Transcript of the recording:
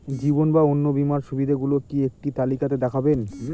জীবন বা অন্ন বীমার সুবিধে গুলো একটি তালিকা তে দেখাবেন?